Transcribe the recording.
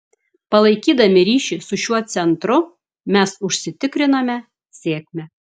palaikydami ryšį su šiuo centru mes užsitikriname sėkmę